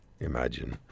Imagine